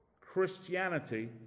Christianity